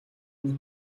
рүү